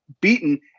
beaten